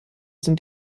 sind